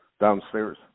downstairs